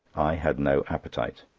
i had no appetite.